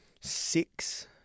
six